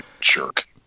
Jerk